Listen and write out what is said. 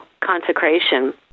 consecration